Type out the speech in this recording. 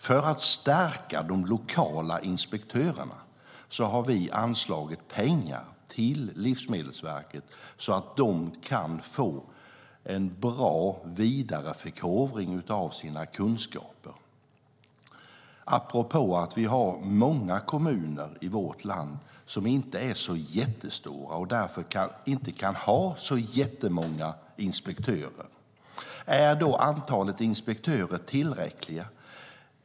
För att stärka de lokala inspektörerna har vi anslagit pengar till Livsmedelsverket så att de kan få en bra vidareförkovran. Apropå att vi har många kommuner i vårt land som inte är så jättestora och därför inte kan ha så jättemånga inspektörer: Är antalet inspektörer tillräckligt?